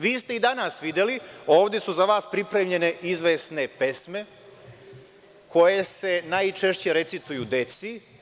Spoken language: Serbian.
Vi ste i danas videli, ovde su za vas pripremljene izvesne pesme, koje se najčešće recituju deci.